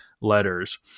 letters